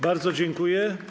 Bardzo dziękuję.